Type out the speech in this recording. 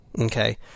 Okay